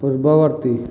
ପୂର୍ବବର୍ତ୍ତୀ